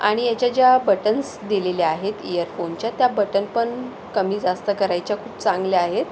आणि याच्या ज्या बटन्स दिलेल्या आहेत इअरफोनच्या त्या बटन पण कमीजास्त करायच्या खूप चांगल्या आहेत